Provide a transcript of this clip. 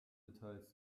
details